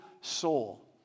soul